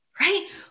Right